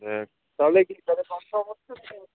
দেখ তাহলে কি তোরা কনফার্ম হচ্ছে তো